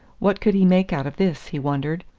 what could he make out of this, he wondered?